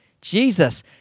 Jesus